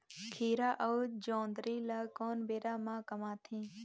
खीरा अउ जोंदरी ल कोन बेरा म कमाथे?